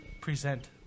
Present